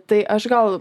tai aš gal